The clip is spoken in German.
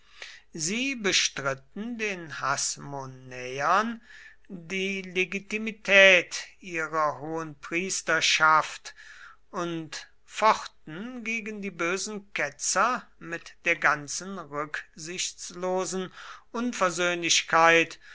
sie bestritten den hasmonäern die legitimität ihrer hohenpriesterschaft und fochten gegen die bösen ketzer mit der ganzen rücksichtslosen unversöhnlichkeit